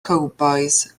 cowbois